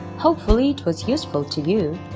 hopefully it was useful to you.